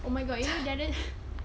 oh my god you know the other